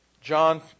John